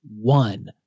one